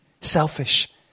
selfish